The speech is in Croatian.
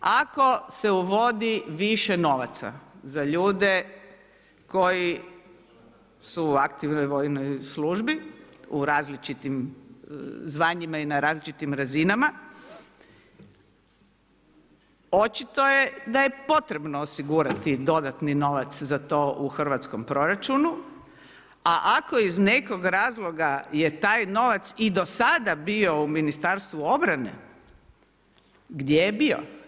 Ako se uvodi više novaca za ljude koji su u aktivnoj vojnoj službi u različitim zvanjima i na različitim razinama, očito je da je potrebno osigurati dodatni novac za to u hrvatskom proračunu, a ako iz nekog razloga je taj novac i do sada bio u Ministarstvu obrane, gdje je bio?